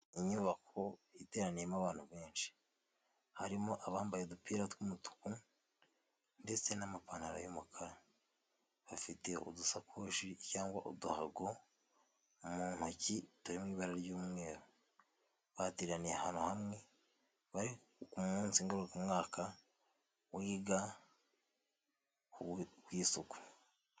Inyubako iteraniyemo abantu benshi harimo abambaye udupira tw'umutuku ndetse n'amapantaro y'umukara, bafite udusakoshi cyangwa uduhago mu ntoki turimo ibara ry'umweru bateraniye ahantu hamwe bari ku munsi ngarukamwaka wiga ku isuku.